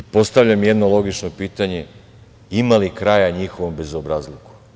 Postavljam jedno logično pitanje, ima li kraja njihovom bezobrazluku?